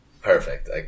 perfect